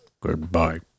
Goodbye